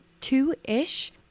two-ish